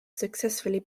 successfully